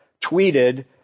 tweeted